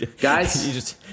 guys